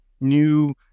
new